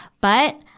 but,